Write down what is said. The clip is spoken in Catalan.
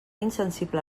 insensible